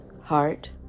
heart